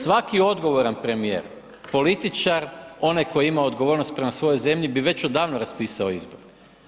Svaki odgovoran premije, političar, onaj koji ima odgovornost prema svojoj zemlji bi već odavno raspisao izbore.